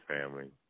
family